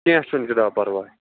کینٛہہ چھُ نہٕ جناب پَرواے